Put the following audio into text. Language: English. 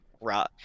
Right